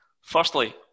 Firstly